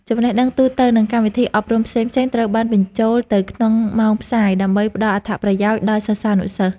ចំណេះដឹងទូទៅ និងកម្មវិធីអប់រំផ្សេងៗត្រូវបានបញ្ចូលទៅក្នុងម៉ោងផ្សាយ ដើម្បីផ្តល់អត្ថប្រយោជន៍ដល់សិស្សានុសិស្ស។